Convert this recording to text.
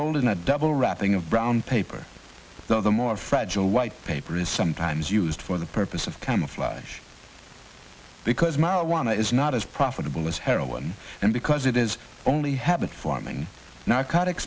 rolled in a double wrapping of brown paper the other more fragile white paper is sometimes used for the purpose of camouflage because marijuana it's not as profitable as heroin and because it is only habit forming narcotic